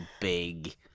big